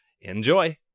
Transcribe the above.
Enjoy